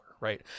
right